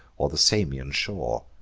or the samian shore.